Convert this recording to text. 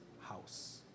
house